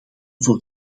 voor